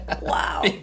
Wow